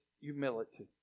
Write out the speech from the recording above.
humility